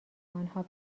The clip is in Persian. آنها